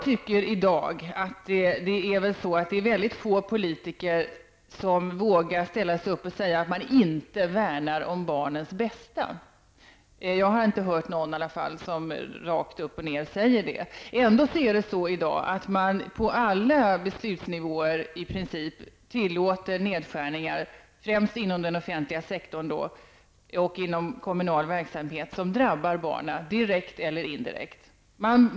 Det är väldigt få politiker som vågar ställa sig upp och säga att man inte slår vakt om barnens bästa. Jag har i alla fall inte hört någon säga det rakt upp och ned. Ändå är det i dag så att man på i princip alla beslutsnivåer tillåter nedskärningar, främst då inom den offentliga sektorn och inom kommunal verksamhet, som drabbar barnen -- direkt eller indirekt.